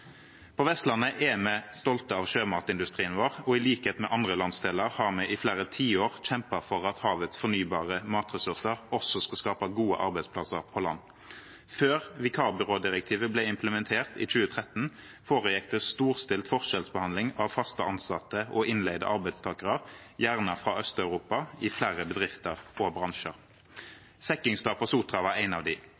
På Vestlandet er vi stolte av sjømatindustrien vår, og i likhet med andre landsdeler har vi i flere tiår kjempet for at havets fornybare matressurser også skal skape gode arbeidsplasser på land. Før vikarbyrådirektivet ble implementert i 2013, foregikk det storstilt forskjellsbehandling av fast ansatte og innleide arbeidstakere, gjerne fra Øst-Europa, i flere bedrifter og bransjer